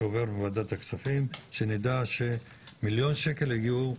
הועבר בוועדת הכספים שנדע שהסכום עובר.